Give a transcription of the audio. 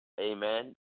Amen